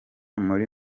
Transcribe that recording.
muri